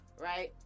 Right